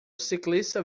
ciclista